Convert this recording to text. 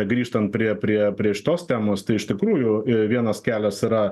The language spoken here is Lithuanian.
grįžtant prie prie prieš šitos temos tai iš tikrųjų vienas kelias yra